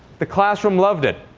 the classroom loved it.